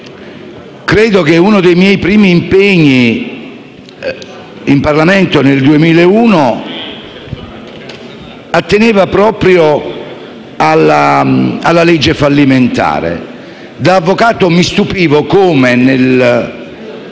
medesime. Uno dei miei primi impegni in Parlamento, nel 2001, atteneva proprio alla legge fallimentare. Da avvocato mi stupivo di come, nel